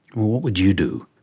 what would you do?